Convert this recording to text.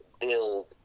build